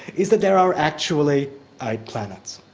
is that there are actually eight planets.